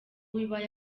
bibaye